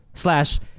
slash